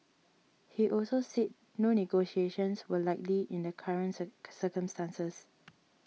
he also said no negotiations were likely in the current cir circumstances